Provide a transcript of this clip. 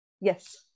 Yes